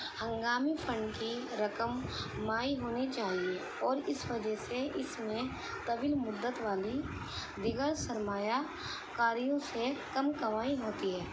ہنگامی فنڈ کی رقم مائع ہونی چاہیے اور اس وجہ سے اس میں طویل مدت والی دیگر سرمایہ کاریوں سے کم کمائی ہوتی ہے